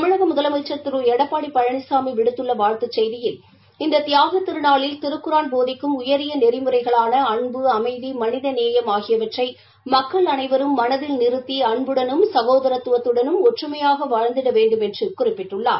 தமிழக முதலமைச்சன் திரு எடப்பாடி பழனிசாமி விடுத்துள்ள வாழ்த்துச் செய்தியில் இந்த தியாகத் திருநாளில் திருக்குரான் போதிக்கும் உயரிய நெறிமுறைகளான அன்பு அமைதி மனிதநேயம் ஆகியவற்றை மக்கள் அனைவரும் மனதில் நிறுத்தி அன்புடனும் சகோதரத்துவத்துடனும் ஒற்றுமையாக வாழ்ந்திட வேண்டுமென்று குறிப்பிட்டுள்ளார்